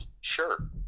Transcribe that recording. Sure